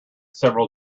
several